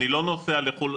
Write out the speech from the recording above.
אני לא נוסע לחו"ל,